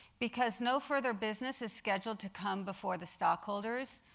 because no further business is scheduled to come before the stockholders,